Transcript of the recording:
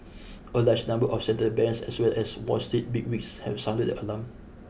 a large number of central banks as well as Wall Street bigwigs have sounded the alarm